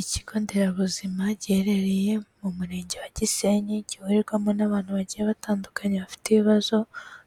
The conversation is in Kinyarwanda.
Ikigo nderabuzima giherereye mu murenge wa Gisenyi, gihurirwamo n'abantu bagiye batandukanye bafite ibibazo